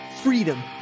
freedom